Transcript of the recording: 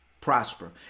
prosper